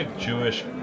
Jewish